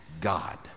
God